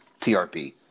trp